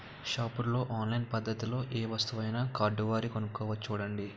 షాపుల్లో ఆన్లైన్ పద్దతిలో ఏ వస్తువునైనా కార్డువాడి కొనుక్కోవచ్చు చూడండి